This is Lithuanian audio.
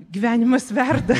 gyvenimas verda